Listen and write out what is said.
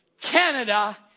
Canada